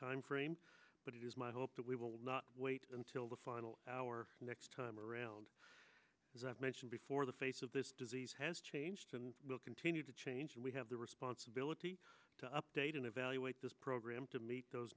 time frame but it is my hope that we will not wait until the final our next time around as i've mentioned before the face of this disease has changed and will continue to change and we have the responsibility to update and evaluate this program to meet those